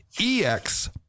EX